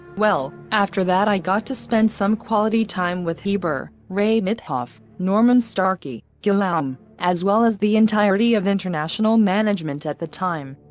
well, after that i got to spend some quality time with heber, ray mithoff, norman starkey, guillaume, as well as the entirety of international management at the time,